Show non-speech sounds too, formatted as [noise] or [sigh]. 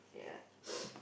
yeah [noise]